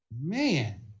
Man